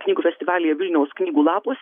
knygų festivalyje vilniaus knygų lapuos